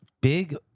big